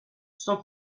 sans